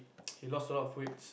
he lost a lot of weights